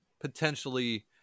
potentially